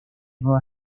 nueva